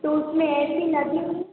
तो उसमें A C लगेगी